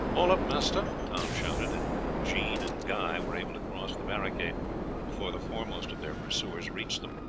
all up, master! tom shouted, and jean and guy were able to cross the barricade before the foremost of their pursuers reached them.